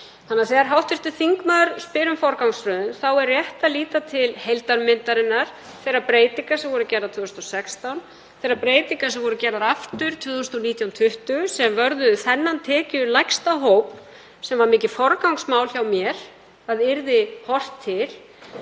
uppruna. Þegar hv. þingmaður spyr um forgangsröðun þá er rétt að líta til heildarmyndarinnar, þeirra breytinga sem voru gerðar 2016, þeirra breytinga sem voru gerðar aftur 2019/2020 sem vörðuðu þennan tekjulægsta hóp sem var mikið forgangsmál hjá mér að yrði horft til.